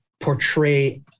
portray